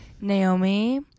Naomi